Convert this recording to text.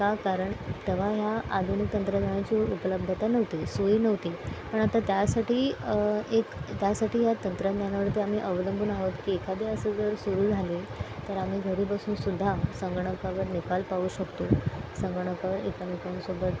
का कारण तेव्हा ह्या आधुनिक तंत्रज्ञानांची उपलब्धता नव्हती सोयी नव्हती पण आता त्यासाठी एक त्यासाठी ह्या तंत्रज्ञानावरती आम्ही अवलंबून आहोत की एखादे असं जर सुरु झाले तर आम्ही घरी बसून सुद्धा संगणकावर निकाल पाहू शकतो संगणकावर एकामेकांसोबत